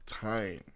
time